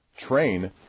train